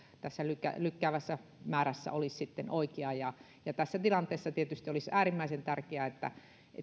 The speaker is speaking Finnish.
tässä lykkäävässä määrässä olisi sitten oikea tässä tilanteessa olisi tietysti äärimmäisen tärkeää että